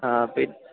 ആ